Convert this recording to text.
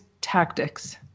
tactics